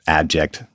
abject